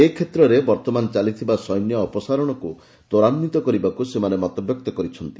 ଏ କ୍ଷେତ୍ରରେ ବର୍ଭମାନ ଚାଲିଥିବା ସୈନ୍ୟ ଅପସାରଣକୁ ତ୍ୱରାନ୍ଧିତ କରିବାକୁ ସେମାନେ ମତବ୍ୟକ୍ତ କରିଛନ୍ତି